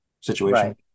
situation